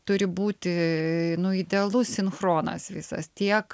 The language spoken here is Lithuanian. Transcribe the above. turi būti idealus sinchronas visas tiek